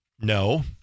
No